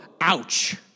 ouch